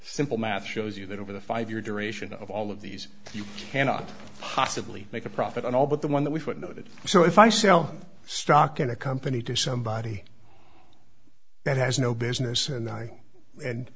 simple math shows you that over the five year duration of all of these you cannot possibly make a profit on all but the one that we footnoted so if i sell stock in a company to somebody that has no business and i and